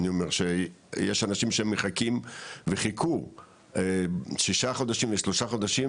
אני אומר שיש אנשים שמחכים וחיכו שישה חודשים ושלושה חודשים,